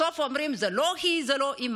בסוף אומרים: זאת לא היא, זאת האימא.